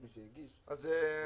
מה,